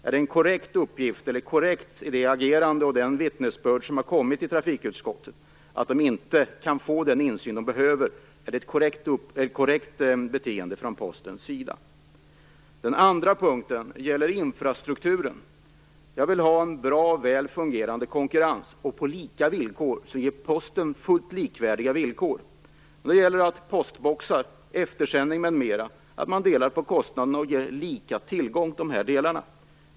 Är det en korrekt uppgift, och är det korrekt agerat av Posten att tillsynsmyndigheterna, enligt de uppgifter och de vittnesbörd som har kommit trafikutskottet till del, inte kan få den insyn de behöver? Är detta ett korrekt beteende från Postens sida? Den andra punkten gäller infrastrukturen. Jag vill ha en bra, väl fungerande konkurrens som ger Posten fullt likvärdiga villkor. Då gäller det i fråga om postboxar, eftersändning m.m. att man delar på kostnaderna och ger lika tillgång i de delarna.